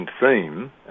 theme